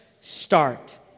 start